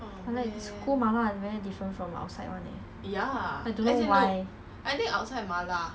then you know got the what chicken the taiwan store